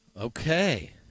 okay